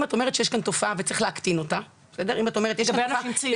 אם את אומרת שיש כאן תופעה וצריך להקטין אותה --- לגבי אנשים צעירים.